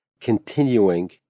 continuing